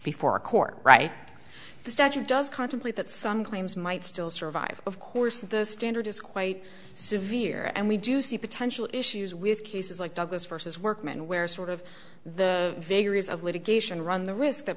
before a court right the statute does contemplate that some claims might still survive of course the standard is quite severe and we do see potential issues with cases like douglas versus workman where sort of the vagaries of litigation run the risk that